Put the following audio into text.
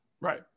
Right